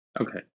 Okay